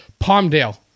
Palmdale